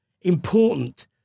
important